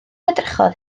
edrychodd